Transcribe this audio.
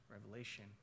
Revelation